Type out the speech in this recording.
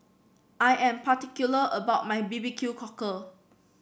I am particular about my B B Q Cockle